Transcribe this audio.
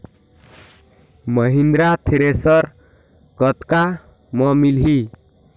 Mahindra thresher कतका म मिलही?